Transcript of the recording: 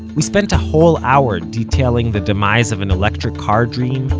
we spent a whole hour detailing the demise of an electric car dream,